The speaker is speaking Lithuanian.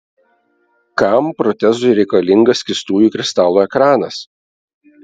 kam protezui reikalingas skystųjų kristalų ekranas